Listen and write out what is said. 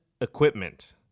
equipment